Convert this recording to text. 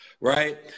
Right